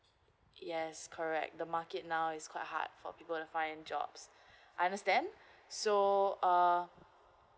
yes correct the market now is quite hard for people to find a jobs I understand so uh